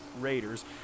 Raiders